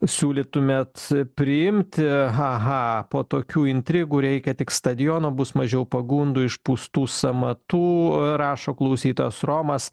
siūlytumėt priimti haha po tokių intrigų reikia tik stadiono bus mažiau pagundų išpūstų sąmatų rašo klausytojas romas